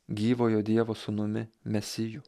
gyvojo dievo sūnumi mesiju